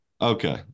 Okay